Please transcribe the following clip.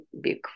big